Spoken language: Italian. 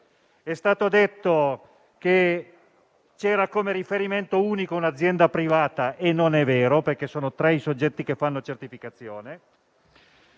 è stato detto che c'era come riferimento unico un'azienda privata e non è vero, perché sono tre i soggetti che fanno certificazione;